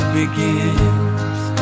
begins